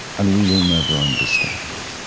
and we will never understand that